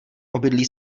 obydlí